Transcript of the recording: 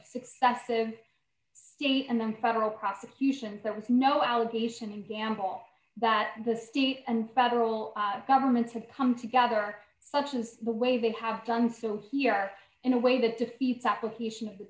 successive state and then federal prosecution that was no allegation and gamble that the state and federal governments have come together such as the way they have done so here are in a way that